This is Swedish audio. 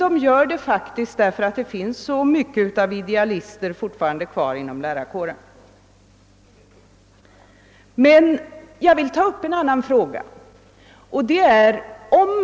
De gör detta därför att det fortfarande finns så många idealister inom lärarkåren, som gärna vill medverka i det pedagogiska och skolorganisatoriska reformarbetet. Jag vill ta upp en annan fråga.